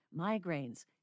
migraines